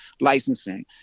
licensing